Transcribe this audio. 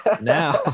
Now